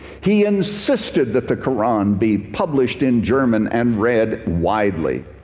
he insisted that the quran be published in german and read widely.